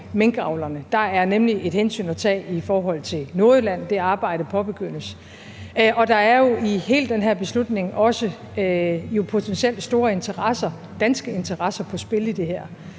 minkavlerne. Der er nemlig et hensyn at tage i forhold til Nordjylland; det arbejde påbegyndes. Og der er i hele den her beslutning jo også potentielt store interesser, danske interesser, på spil i det her,